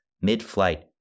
mid-flight